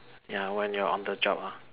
ya when you are on the job lah